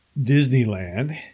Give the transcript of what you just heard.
disneyland